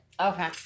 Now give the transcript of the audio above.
Okay